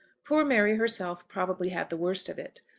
poor mary herself probably had the worst of it.